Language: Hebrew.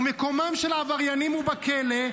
ומקומם של עבריינים הוא בכלא,